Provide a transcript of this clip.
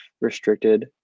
restricted